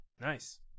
Nice